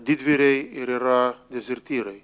didvyriai ir yra dezertyrai